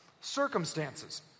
circumstances